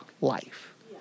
life